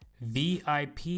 VIP